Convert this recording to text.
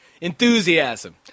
Enthusiasm